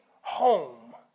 home